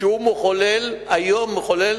שהוא היום מחולל